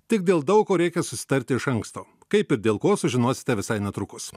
tik dėl daug ko reikia susitarti iš anksto kaip ir dėl ko sužinosite visai netrukus